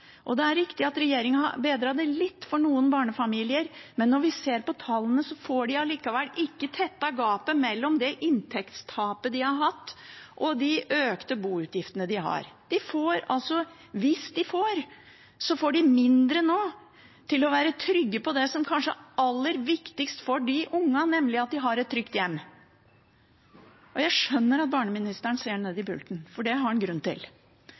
bostøtteordningen. Det er riktig at regjeringen har bedret det litt for noen barnefamilier, men når vi ser på tallene, får de likevel ikke tettet gapet mellom det inntektstapet de har hatt, og de økte boutgiftene. Hvis de får, får de mindre nå til å trygge det som er kanskje aller viktigst for barna, nemlig det å ha et trygt hjem. Jeg skjønner at barneministeren ser ned i pulten, for det har han grunn til.